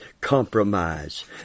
compromise